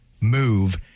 Move